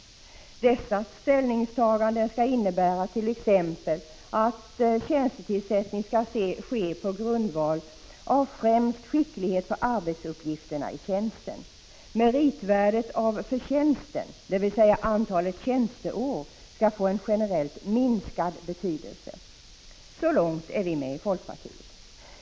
Dessa ställnings — 11 december 1985 taganden skall innebära t.ex. att tjänstetillsättning skall ske på grundval av SA ——S främst skicklighet för arbetsuppgifterna i tjänsten. Meritvärdet av förtjänsten, dvs. antalet tjänsteår, skall få en generellt minskad betydelse. Så långt är vi med i folkpartiet.